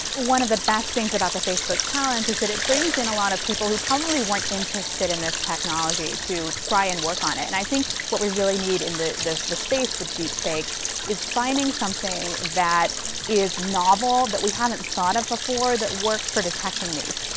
one of the best things about the facebook challenge is that it brings in a lot of people who probably weren't interested in this technology to try and work on it, and i think what we really need in the space with deepfakes is finding something that is novel that we haven't thought of before that works for detecting these.